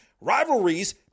rivalries